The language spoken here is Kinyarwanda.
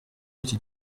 y’iki